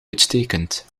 uitstekend